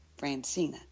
Francina